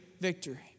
victory